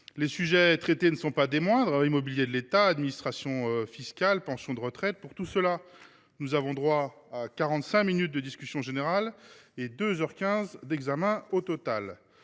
Les sujets traités ne sont pas des moindres : immobilier de l’État, administration fiscale, pensions de retraite. Pour tout cela, nous avons droit à quarante cinq minutes de discussion générale et deux heures quinze